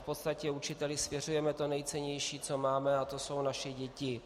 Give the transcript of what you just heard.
V podstatě učiteli svěřujeme to nejcennější, co máme, a to jsou naše děti.